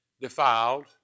defiled